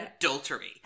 adultery